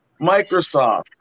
Microsoft